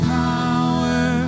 power